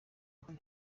mpari